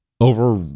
over